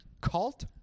cult